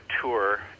tour